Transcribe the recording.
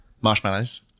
Marshmallows